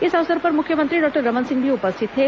इस अवसर पर मुख्यमंत्री डॉक्टर रमन सिंह भी उपस्थित थे